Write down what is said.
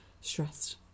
stressed